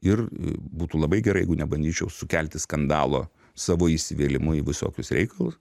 ir būtų labai gerai jeigu nebandyčiau sukelti skandalo savo įsivėlimu į visokius reikalus